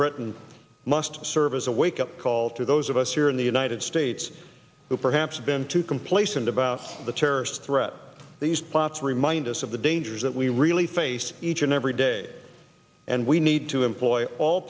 britain must serve as a wake up call to those of us here in the united states who perhaps have been too complacent about the terrorist threat these plots remind us of the dangers that we really face each and every day and we need to employ all